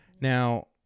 Now